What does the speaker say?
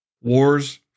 wars